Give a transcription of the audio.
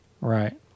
Right